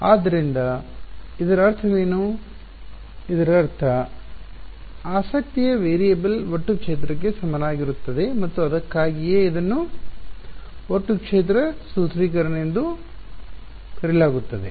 ಆದ್ದರಿಂದ ಇದರ ಅರ್ಥವೇನು ಇದರರ್ಥ ಆಸಕ್ತಿಯ ವೇರಿಯೇಬಲ್ ಒಟ್ಟು ಕ್ಷೇತ್ರಕ್ಕೆ ಸಮನಾಗಿರುತ್ತದೆ ಮತ್ತು ಅದಕ್ಕಾಗಿಯೇ ಇದನ್ನು ಒಟ್ಟು ಕ್ಷೇತ್ರ ಸೂತ್ರೀಕರಣ ಎಂದು ಕರೆಯಲಾಗುತ್ತದೆ